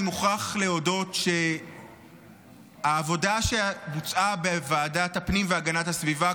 אני מוכרח להודות שהעבודה שבוצעה בוועדת הפנים והגנת הסביבה,